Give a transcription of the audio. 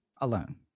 alone